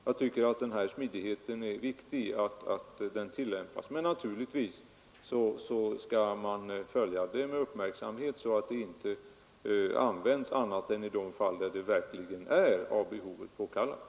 Jag tycker det är viktigt att man kan tillämpa bestämmelserna med litet smidighet i sådana fall. Men naturligtvis skall vi följa denna fråga med uppmärksamhet, så att elevantalet inte överskrids annat än i fall där detta verkligen är av behovet påkallat.